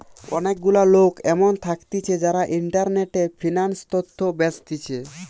অনেক গুলা লোক এমন থাকতিছে যারা ইন্টারনেটে ফিন্যান্স তথ্য বেচতিছে